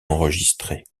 enregistrée